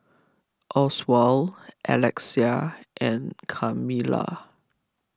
Oswald Alexia and Carmella